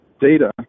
data